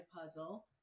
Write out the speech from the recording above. puzzle